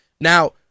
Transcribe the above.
Now